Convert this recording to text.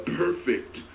perfect